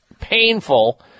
painful